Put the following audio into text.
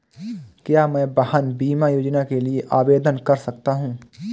क्या मैं वाहन बीमा योजना के लिए आवेदन कर सकता हूँ?